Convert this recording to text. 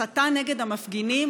הסתה נגד המפגינים,